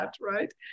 right